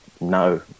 no